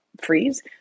freeze